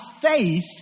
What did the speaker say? faith